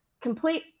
complete